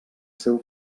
seu